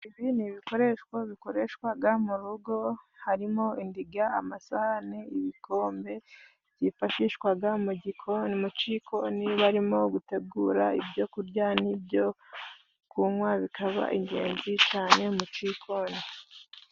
Ibi ni ibikoreshwo bikoreshwaga mu rugo harimo: indiga, amasahani, ibikombe byifashishwaga mu gikoni mucikoni barimo gutegura ibyo kurya n'ibyo kunywa bikaba ingenzi cane mu cikoni.